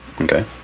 Okay